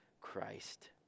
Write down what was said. Christ